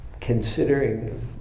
considering